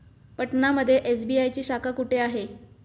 पटना मध्ये एस.बी.आय ची शाखा कुठे आहे?